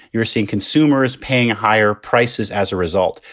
you're seeing consumers paying higher prices as a result.